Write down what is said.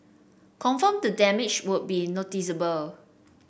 confirm the damage would be noticeable